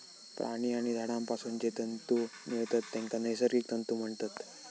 प्राणी आणि झाडांपासून जे तंतु मिळतत तेंका नैसर्गिक तंतु म्हणतत